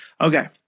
Okay